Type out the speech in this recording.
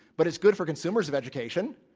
but it's good for consumers of education.